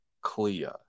Clea